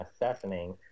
assassinating